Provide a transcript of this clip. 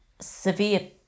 severe